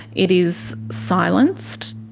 it is silenced.